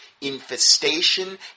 infestation